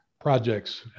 projects